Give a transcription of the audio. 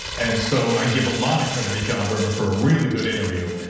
and so i give a lot of credit to john berman for a really good interview.